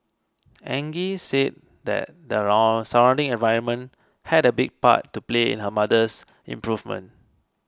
Angie said that there are surrounding environment had a big part to play in her mother's improvement